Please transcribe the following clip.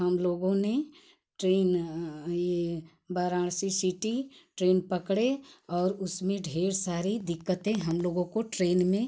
हम लोगों ने ट्रेन ये वाराणसी सिटी ट्रेन पकड़े और उसमें ढ़ेर सारी दिक्कतें हम लोगों को ट्रेन में